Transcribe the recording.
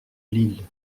lille